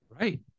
right